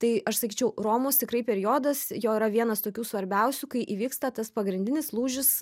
tai aš sakyčiau romos tikrai periodas jo yra vienas tokių svarbiausių kai įvyksta tas pagrindinis lūžis